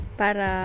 para